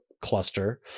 cluster